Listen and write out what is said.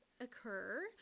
occur